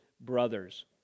brothers